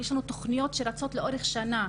יש לנו תוכניות שרצות לאורך שנה.